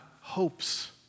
hopes